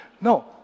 No